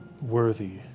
worthy